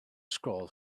scroll